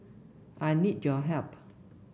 I need your help